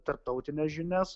tarptautines žinias